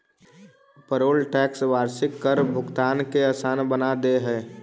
payroll tax वार्षिक कर भुगतान के असान बना दे हई